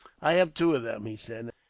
i have two of them, he said,